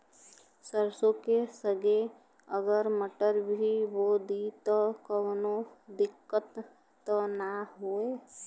सरसो के संगे अगर मटर भी बो दी त कवनो दिक्कत त ना होय?